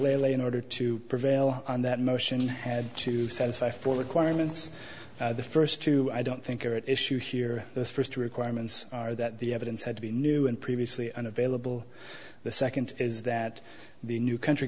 lay in order to prevail on that motion had to satisfy for the quantum means the first two i don't think are at issue here the first requirements are that the evidence had to be new and previously unavailable the second is that the new country